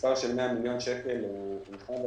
המספר של 100 מיליון שקל הוא נחמד,